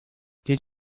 did